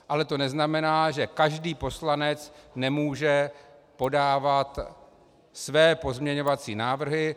Ale to neznamená, že každý poslanec nemůže podávat své pozměňovací návrhy.